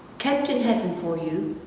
kept in heaven for you,